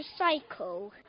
recycle